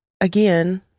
again